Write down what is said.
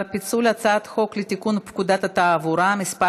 פיצול הצעת חוק לתיקון פקודת התעבורה (מס'